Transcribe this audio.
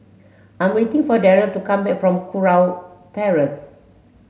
I'm waiting for Darell to come back from Kurau Terrace